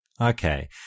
Okay